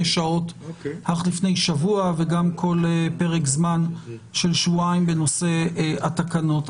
שעות אך לפני שבוע וגם כל פרק זמן של שבועיים בנושא התקנות.